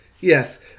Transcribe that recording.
Yes